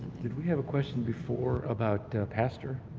did we have a question before about pastor?